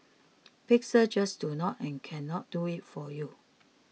pixels just do not and cannot do it for you